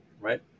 right